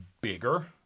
bigger